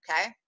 Okay